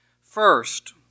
First